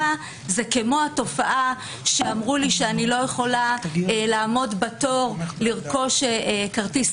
זה כמו התופעה שאמרו לי שאני לא יכולה לעמוד בתור לרכוש כרטיס